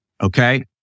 Okay